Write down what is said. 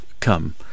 come